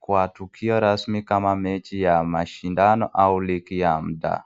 kwa tukio rasmi kama mechi ya mashindano au ligi ya mtaa.